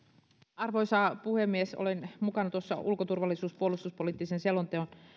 arvoisa puhemies olen mukana tuossa ulko ja turvallisuus sekä puolustuspoliittisten selontekojen